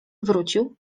wrócił